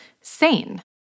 sane